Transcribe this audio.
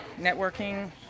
networking